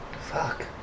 Fuck